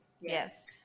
Yes